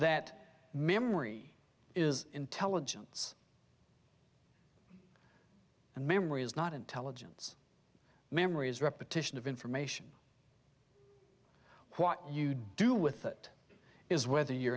that memory is intelligence and memory is not intelligence memory is repetition of information what you do with it is whether you